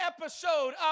episode